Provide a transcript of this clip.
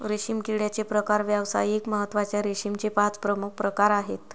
रेशीम किड्याचे प्रकार व्यावसायिक महत्त्वाच्या रेशीमचे पाच प्रमुख प्रकार आहेत